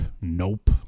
nope